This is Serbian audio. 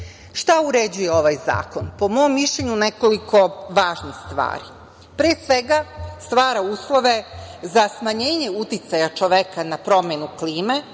uređuje ovaj zakon? Po mom mišljenju nekoliko važnih stvari. Pre svega, stvara uslove za smanjenje uticaja čoveka na promenu klime,